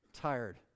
tired